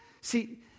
See